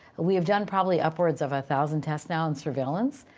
we have done probably upwards of a thousand tests now in surveillance.